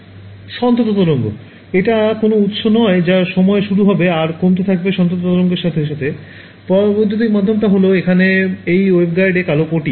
সন্তত তরঙ্গ এটা কোন উৎস নয় যা সময়ে শুরু হবে আর কমতে থাকবে সন্তত তরঙ্গের সাথে সাথে পরাবৈদ্যুতিক মাধ্যমটা হল এখানে এই waveguide এর কালো পটি